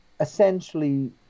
essentially